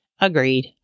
Agreed